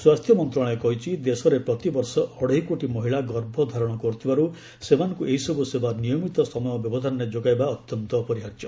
ସ୍ୱାସ୍ଥ୍ୟ ମନ୍ତ୍ରଣାଳୟ କହିଛି ଦେଶରେ ପ୍ରତିବର୍ଷ ଅଢ଼େଇ କୋଟି ମହିଳା ଗର୍ଭ ଧାରଣ କରୁଥିବାରୁ ସେମାନଙ୍କୁ ଏହିସବୁ ସେବା ନିୟମିତ ସମୟ ବ୍ୟବଧାନରେ ଯୋଗାଇବା ଅତ୍ୟନ୍ତ ଅପରିହାର୍ଯ୍ୟ